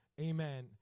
Amen